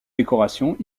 décorations